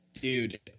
Dude